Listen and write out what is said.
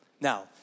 Now